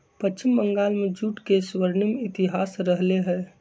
पश्चिम बंगाल में जूट के स्वर्णिम इतिहास रहले है